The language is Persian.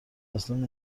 اصلن